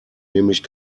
nämlich